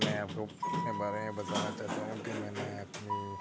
میں آپ کو اپنے بارے میں بتانا چاہتا ہوں کہ میں نے اپنی